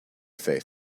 faith